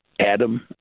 Adam